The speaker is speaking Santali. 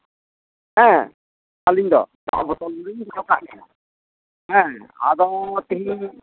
ᱦᱮᱸ ᱟᱞᱤᱧ ᱫᱚ ᱫᱟᱜ ᱵᱳᱛᱳᱞ ᱫᱚᱞᱤᱧ ᱫᱚᱦᱚ ᱠᱟᱜ ᱜᱮᱭᱟ ᱦᱮᱸ ᱟᱫᱚ ᱛᱤᱦᱤᱧ